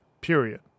Period